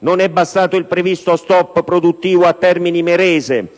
non è bastato il previsto stop produttivo a Termini Imerese,